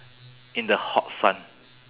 in the hot sun